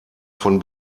von